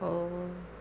oh